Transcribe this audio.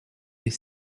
les